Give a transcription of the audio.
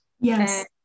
yes